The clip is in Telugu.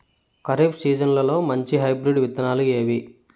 ఖరీఫ్ సీజన్లలో మంచి హైబ్రిడ్ విత్తనాలు ఏవి